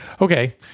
Okay